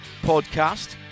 podcast